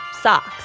socks